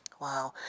Wow